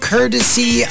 Courtesy